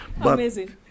Amazing